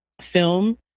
film